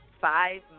five